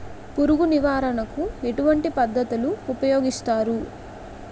పురుగు నివారణ కు ఎటువంటి పద్ధతులు ఊపయోగిస్తారు?